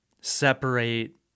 separate